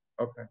Okay